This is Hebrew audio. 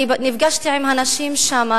אני נפגשתי עם הנשים שם,